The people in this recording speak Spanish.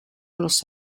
los